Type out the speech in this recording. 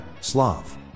Slav